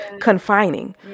confining